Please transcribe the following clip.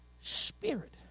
Spirit